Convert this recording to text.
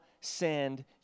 send